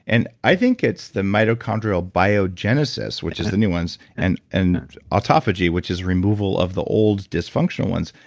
and i think it's the mitochondrial biogenesis, which is the new ones and and autophagy, which is removal of the old dysfunctional ones,